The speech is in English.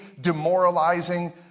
demoralizing